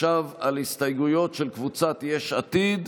עכשיו על הסתייגויות של קבוצת יש עתיד,